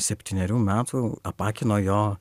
septynerių metų apakino jo